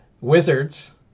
Wizards